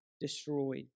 destroyed